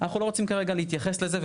אנחנו לא רוצים כרגע להתייחס לזה,